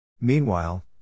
Meanwhile